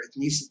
ethnicity